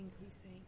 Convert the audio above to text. increasing